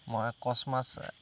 মই কচ মাছ